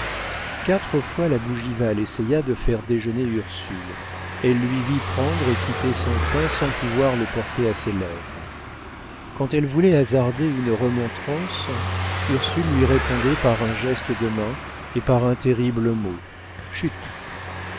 quatre fois la bougival essaya de faire déjeuner ursule elle lui vit prendre et quitter son pain sans pouvoir le porter à ses lèvres quand elle voulait hasarder une remontrance ursule lui répondait par un geste de main et par un terrible mot chut